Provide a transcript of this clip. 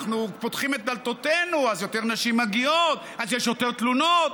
אנחנו פותחים את דלתותינו אז יותר נשים מגיעות אז יש יותר תלונות.